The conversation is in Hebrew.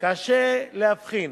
קשה להבחין